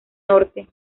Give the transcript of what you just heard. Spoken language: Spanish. norte